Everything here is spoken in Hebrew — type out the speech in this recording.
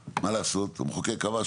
זה אומר יום שלישי אחרי שמחת תורה.